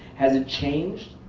has it changed?